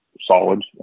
solid